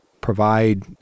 provide